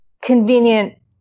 convenient